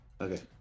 Okay